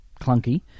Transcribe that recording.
clunky